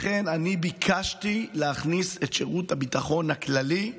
לכן, אני ביקשתי להכניס את שירות הביטחון הכללי.